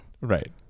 right